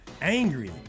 angry